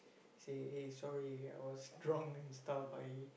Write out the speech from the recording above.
say eh sorry I was drunk and stuff I